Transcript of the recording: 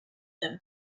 them